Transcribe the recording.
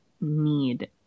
need